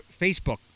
Facebook